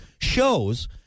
shows